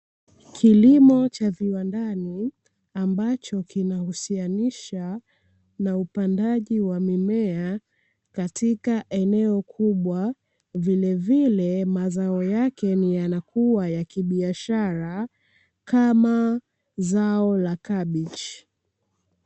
Kilimo cha viwandani ambacho kinahusianisha na upandaji wa kimea katika eneo kubwa, vile vile mazao yake yanakuwa ni ya kibiashara kama ni zao la kabichi.